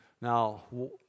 Now